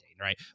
right